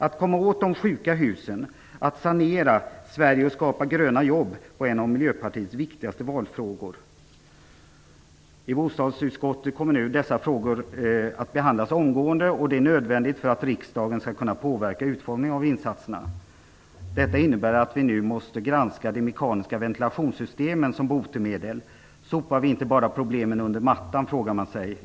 Att komma åt de sjuka husen, att sanera Sverige och skapa gröna jobb var en av Miljöpartiets viktigaste valfrågor. Dessa frågor kommer nu att behandlas omgående i bostadsutskottet. Det är nödvändigt för att riksdagen skall kunna påverka utformningen av insatserna. Detta innebär att vi nu måste granska de mekaniska ventilationssystemen som botemedel. Då kan man fråga sig om vi inte bara sopar problemen under mattan.